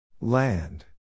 Land